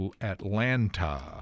Atlanta